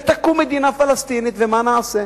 ותקום מדינה פלסטינית, ומה נעשה?